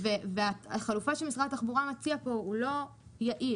כך שהחלופה שמשרד התחבורה מציע פה היא לא יעילה,